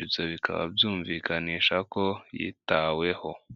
ibyo bikaba byumvikanisha ko yitaweho.